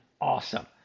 awesome